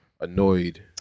Annoyed